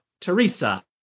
Teresa